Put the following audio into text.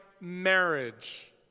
marriage